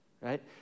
right